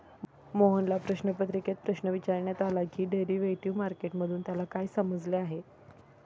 मोहनला प्रश्नपत्रिकेत प्रश्न विचारण्यात आला की डेरिव्हेटिव्ह मार्केट मधून त्याला काय समजले आहे?